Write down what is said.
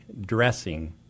dressing